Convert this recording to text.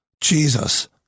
Jesus